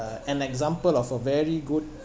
an example of a very good